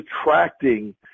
attracting